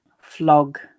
flog